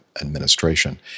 administration